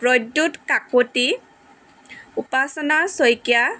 Pradyut Kakati Upasana Saikia